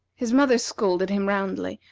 his mother scolded him roundly,